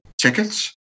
tickets